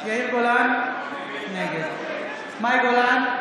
יאיר גולן, נגד מאי גולן,